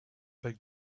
big